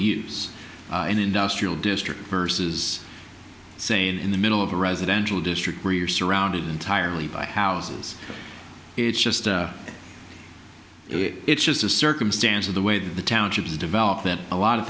use and industrial district verses say in the middle of a residential district where you're surrounded entirely by houses it's just it it's just a circumstance of the way the townships develop that a lot of